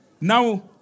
Now